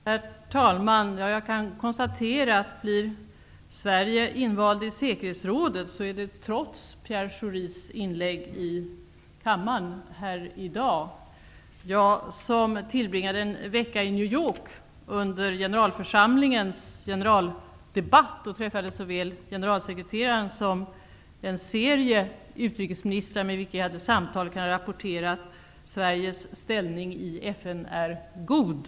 Herr talman! Jag kan konstatera, att om Sverige blir invalt i säkerhetsrådet sker det trots Pierre Schoris inlägg här i kammaren i dag. Jag tillbringade en vecka i New York under generalförsamlingens generaldebatt och träffade såväl generalsekreteraren som en serie utrikesministrar, med vilka jag hade samtal. Jag kan rapportera att Sveriges ställning i FN är god.